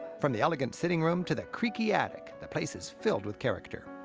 from the elegant sitting room to the creaky attic, the place is filled with character.